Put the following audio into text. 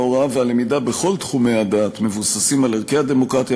ההוראה והלמידה בכל תחומי הדעת מבוססים על ערכי הדמוקרטיה,